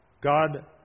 God